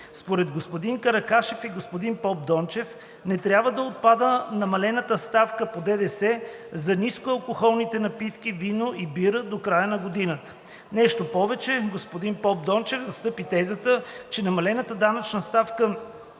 Според господин Каракашев и господин Попдончев не трябва да отпада намалената ставка по ДДС за нискоалкохолните напитки – вино и бира, до края на годината. Нещо повече, господин Попдончев застъпи тезата, че намалената данъчна ставка